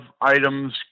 items